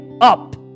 up